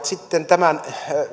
sitten tämän